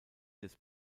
des